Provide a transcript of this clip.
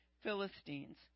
Philistines